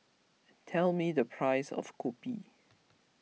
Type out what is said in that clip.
tell me the price of Kopi